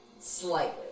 slightly